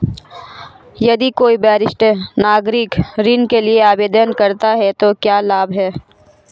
यदि कोई वरिष्ठ नागरिक ऋण के लिए आवेदन करता है तो क्या लाभ हैं?